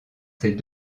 ces